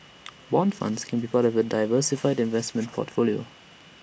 Bond funds can be part of A diversified investment portfolio